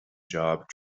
job